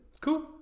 Cool